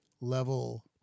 level